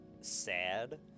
sad